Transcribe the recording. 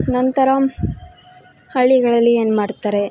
ನಂತರ ಹಳ್ಳಿಗಳಲ್ಲಿ ಏನ್ಮಾಡ್ತಾರೆ